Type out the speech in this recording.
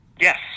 Yes